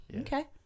Okay